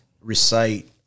recite